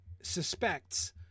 suspects